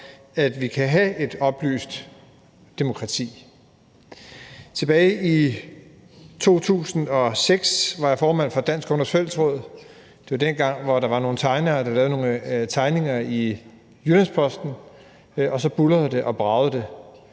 at vi kan have et oplyst demokrati. Tilbage i 2006 var jeg formand for Dansk Ungdoms Fællesråd. Det var dengang, hvor der var nogle tegnere, der lavede nogle tegninger i Jyllands-Posten, og så buldrede og bragede det.